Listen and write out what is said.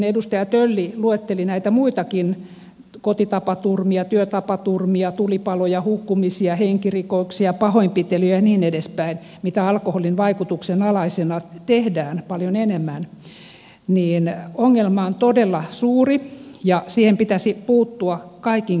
edustaja tölli luetteli näitä muitakin kotitapaturmia työtapaturmia tulipaloja hukkumisia henkirikoksia pahoinpitelyjä ja niin edespäin mitä alkoholin vaikutuksen alaisena tehdään paljon enemmän joten ongelma on todella suuri ja siihen pitäisi puuttua kaikin keinoin